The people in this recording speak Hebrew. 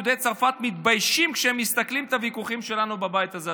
יהודי צרפת מתביישים כשהם מסתכלים על הוויכוחים שלנו בבית הזה,